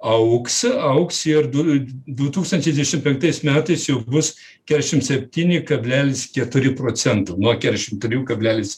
augs augs ir du du tūkstančiai dvidešimt penktais metais jau bus kešim septyni kablelis keturi procento nuo kešim trijų kablelis